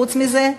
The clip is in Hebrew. חוץ מזה,